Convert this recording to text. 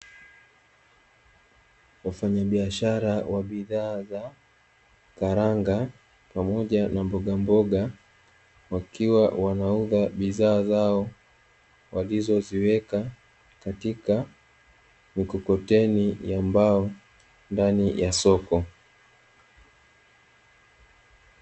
Wafanyabiashara wa bidhaa za karanga pamoja na mbogamboga, wakiwa wanauza bidhaa zao walizoziweka katika mikokoteni ya mbao ndani ya soko.